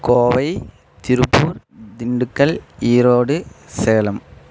Kovai Tiruppur Dindigul Erode Salem